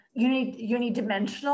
unidimensional